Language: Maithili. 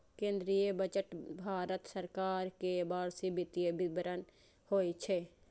केंद्रीय बजट भारत सरकार के वार्षिक वित्तीय विवरण होइ छै